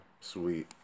Sweet